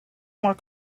more